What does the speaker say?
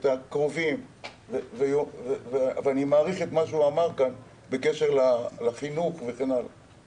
את הקרובים ואני מעריך את מה שהוא אמר כאן בקשר לחינוך וכן הלאה